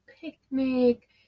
picnic